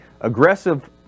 Aggressive